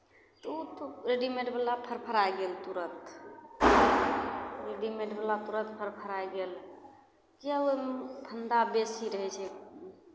ओ तऽ रेडीमेडवला फड़फाड़य गेल तुरन्त रेडीमेडवला तुरत फड़फड़ाय गेल किए ओहिमे फन्दा बेसी रहै छै